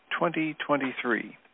2023